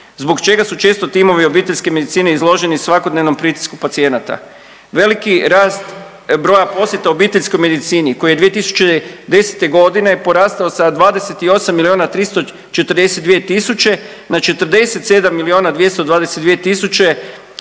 zbog čega su često timovi obiteljske medicine izloženi svakodnevnom pritisku pacijenata. Veliki rast broja posjeta obiteljskoj medicini koji je 2010.g. porastao sa 28 milijuna 342